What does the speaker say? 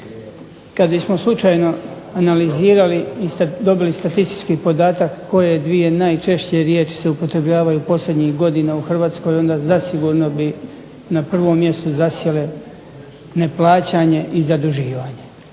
Kad bismo slučajno analizirali i dobili statistički podatak koje dvije najčešće riječi se upotrebljavaju posljednjih godina u Hrvatskoj onda zasigurno bi na prvo mjesto zasjele neplaćanje i zaduživanje.